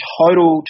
total